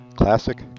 Classic